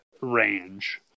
range